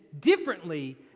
differently